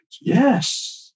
Yes